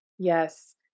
Yes